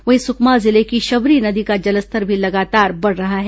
वहीं सुकमा जिले की शबरी नदी का जलस्तर भी लगातार बढ़ रहा है